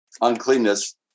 uncleanness